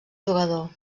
jugador